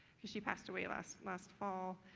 she passed away last last fall.